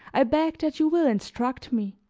i beg that you will instruct me.